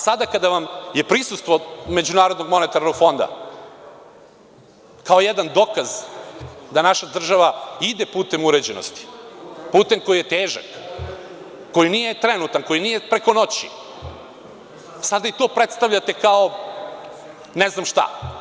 Sada kada vam je prisustvo MMF kao jedan dokaz da naša država ide putem uređenosti, putem koji je težak, koji nije trenutan, koji nije preko noći, sada i to predstavljate kao ne znam šta.